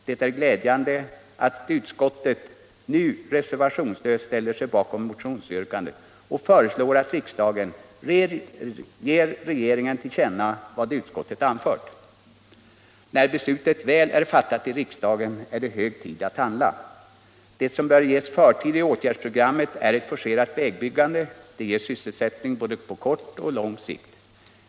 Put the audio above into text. Det är glädjande att utskottet nu reservationslöst ställer sig bakom motionsyrkandet och föreslår att riksdagen ger regeringen till känna vad utskottet anfört. När beslutet väl är fattat i riksdagen är det hög tid att handla. Det som bör ges förtur i åtgärdsprogrammet är ett forcerat vägbyggande — det ger sysselsättning både på kort och på lång sikt.